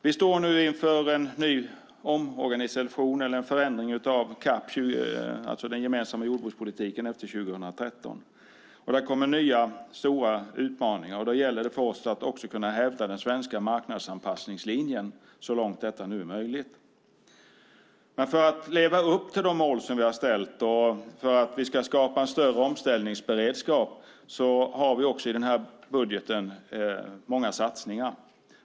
Vi står nu inför en förändring av den gemensamma jordbrukspolitiken efter 2013. Det kommer nya stora utmaningar. Då gäller det för oss att kunna hävda den svenska marknadsanpassningslinjen så långt det är möjligt. För att leva upp till de mål som vi har ställt och för att skapa en större omställningsberedskap har vi många satsningar i budgeten.